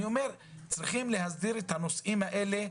צריכים להסדיר את הנושאים האלה.